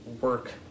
work